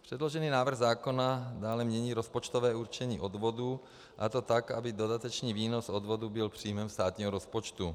Předložený návrh zákona dále mění rozpočtové určení odvodů, a to tak, aby dodatečný výnos odvodů byl příjmem státního rozpočtu.